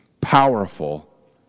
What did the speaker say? powerful